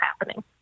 happening